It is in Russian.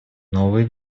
новые